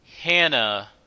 Hannah